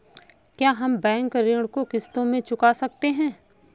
क्या हम बैंक ऋण को किश्तों में चुका सकते हैं?